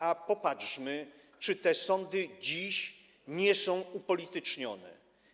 A popatrzmy, czy te sądy dziś nie są upolitycznione.